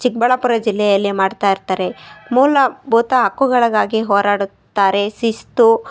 ಚಿಕ್ಕಬಳ್ಳಾಪುರ ಜಿಲ್ಲೆಯಲ್ಲಿ ಮಾಡ್ತಾ ಇರ್ತಾರೆ ಮೂಲಭೂತ ಹಕ್ಕುಗಳಿಗಾಗಿ ಹೋರಾಡುತ್ತಾರೆ ಶಿಸ್ತು